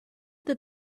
that